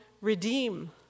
redeem